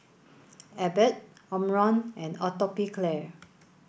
Abbott Omron and Atopiclair